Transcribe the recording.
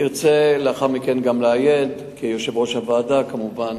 תרצה לאחר מכן לעיין, כיושב-ראש הוועדה, כמובן